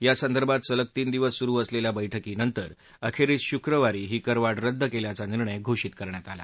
यासंदर्भात सलग तीन दिवस सुरु असलेल्या बैठकांनंतर अखेरीस शुक्रवारी ही करवाढ रद्द केल्याचा निर्णय घोषित करण्यात आला